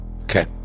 Okay